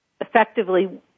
effectively